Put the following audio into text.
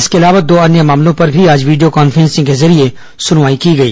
इसके अलावा दो अन्य मामलों पर भी आज वीडियो कॉन्फ्रेंसिंग को जरिये सुनवाई की गई